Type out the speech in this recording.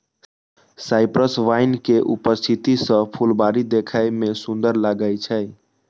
cypress vine के उपस्थिति सं फुलबाड़ी देखै मे सुंदर लागै छै